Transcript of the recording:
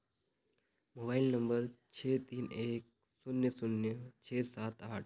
mobile number छः तीन एक शून्य शून्य छः सात आठ